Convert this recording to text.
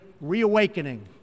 reawakening